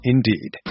Indeed